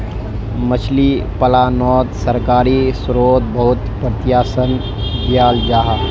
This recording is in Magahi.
मछली पालानोत सरकारी स्त्रोत बहुत प्रोत्साहन दियाल जाहा